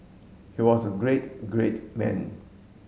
he was a great great man